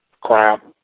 crap